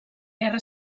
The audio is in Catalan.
guerra